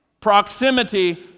Proximity